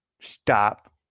Stop